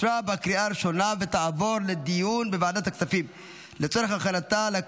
לוועדת הכספים נתקבלה.